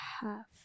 half